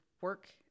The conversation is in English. work